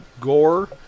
Gore